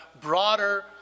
broader